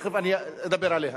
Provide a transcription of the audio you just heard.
שתיכף אדבר עליה.